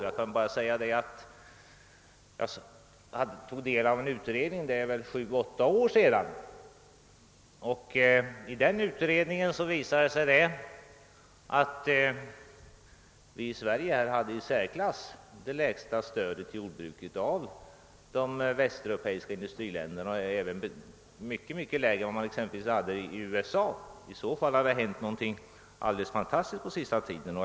Jag vill till detta bara säga att jag för sju, åtta år sedan tog del av en utredning som visade att Sverige hade det i särklass lägsta stödet till jordbruket bland de västeuropeiska industriländerna och mycket lägre än i USA. Det måste alltså ha hänt någonting alldeles fantastiskt på den senaste tiden.